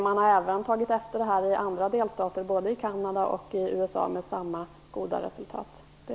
Man har även tagit efter denna metod i andra delstater, både i Kanada och i USA, med samma goda resultat.